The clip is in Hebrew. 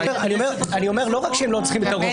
אני אומר שלא רק שהם לא צריכים את הרוב,